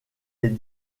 est